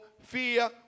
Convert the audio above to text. fear